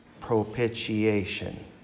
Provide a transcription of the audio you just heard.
propitiation